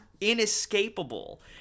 inescapable